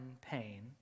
pain